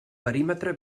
perímetre